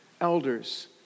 elders